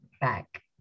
back